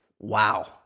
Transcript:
Wow